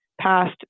passed